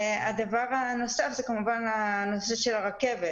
הדבר הנוסף, הנושא של הרכבת.